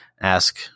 Ask